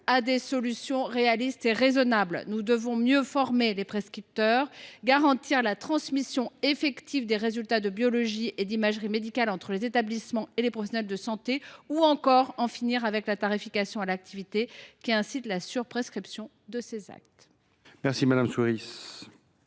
à des solutions réalistes et raisonnables avec l’ensemble des acteurs. Nous devons mieux former les prescripteurs, garantir la transmission effective des résultats de biologie et d’imagerie médicale entre les établissements et les professionnels de santé et en finir avec la tarification à l’activité, qui incite à la surprescription de ces actes.